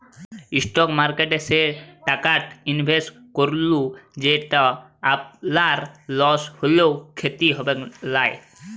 stock মার্কেটে সে টাকাট ইলভেসেট করুল যেট আপলার লস হ্যলেও খ্যতি হবেক লায়